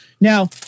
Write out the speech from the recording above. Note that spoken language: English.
Now